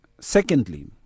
secondly